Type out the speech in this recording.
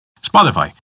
Spotify